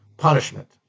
punishment